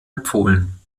empfohlen